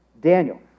Daniel